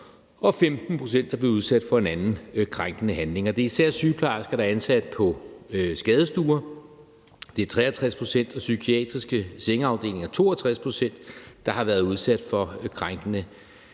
og 15 pct. er blevet udsat for en anden krænkende handling, og det er især sygeplejersker, der er ansat på skadestuer, hvor det er 63 pct., og hvor det på psykiatriske sengeafdelinger er 62 pct., der har været udsat for krænkende handlinger,